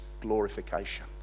glorification